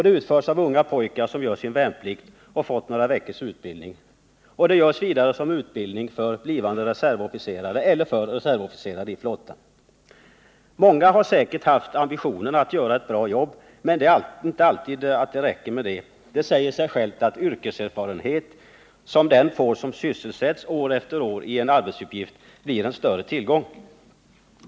Det utförs av unga pojkar som gör sin värnplikt och har fått några veckors utbildning. Det utförs vidare som ett led i utbildningen för blivande reservofficerare eller för reservofficerare i flottan. Många har säkert haft ambitionen att göra ett bra jobb, men det är inte alltid det räcker. Det säger sig självt att den yrkeserfarenhet som den person får som sysselsätts år efter år i en arbetsuppgift blir en större tillgång.